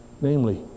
namely